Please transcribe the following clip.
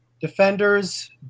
defenders